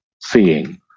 seeing